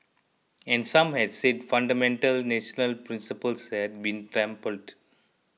and some had said fundamental national principles had been trampled